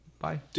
Bye